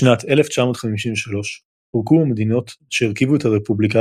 בשנת 1953 פורקו המדינות שהרכיבו את הרפובליקה